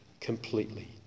Completely